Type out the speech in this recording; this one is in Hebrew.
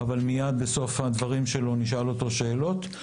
אבל מיד בסוף דבריו נשאל אותו שאלות.